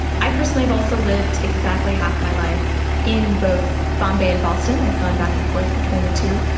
i personally have also lived exactly half my life in both bombay and boston. i've gone back and forth between the two.